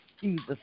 Jesus